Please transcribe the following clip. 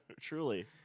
truly